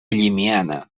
llimiana